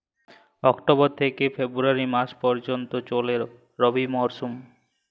October থেকে ফেব্রুয়ারি মাস পর্যন্ত চলে রবি মরসুম